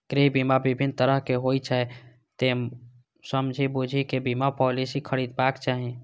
गृह बीमा विभिन्न तरहक होइ छै, तें समझि बूझि कें बीमा पॉलिसी खरीदबाक चाही